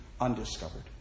undiscovered